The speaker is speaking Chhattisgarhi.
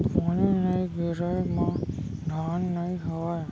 पानी नइ गिरय म धान नइ होवय